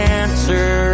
answer